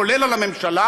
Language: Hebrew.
כולל על הממשלה,